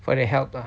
for the help lah